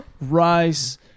rice